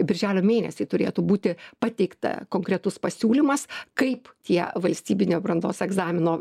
birželio mėnesį turėtų būti pateikta konkretus pasiūlymas kaip tie valstybinio brandos egzamino